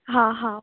हां हां